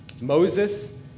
Moses